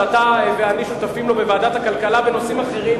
שאתה ואני שותפים לו בוועדת הכלכלה בנושאים אחרים,